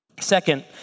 Second